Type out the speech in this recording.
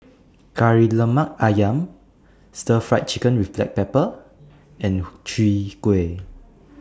Kari Lemak Ayam Stir Fried Chicken with Black Pepper and Chwee Kueh